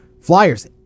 Flyers